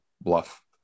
bluff